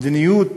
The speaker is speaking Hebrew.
המדיניות